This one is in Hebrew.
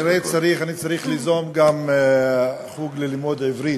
כנראה אני צריך ליזום גם חוג ללימוד עברית,